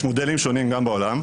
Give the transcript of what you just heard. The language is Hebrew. יש מודלים שונים גם בעולם.